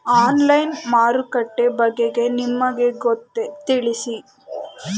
Online ಮಾರುಕಟ್ಟೆ ಬಗೆಗೆ ನಿಮಗೆ ಗೊತ್ತೇ? ತಿಳಿಸಿ?